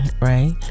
right